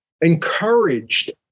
encouraged